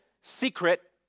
secret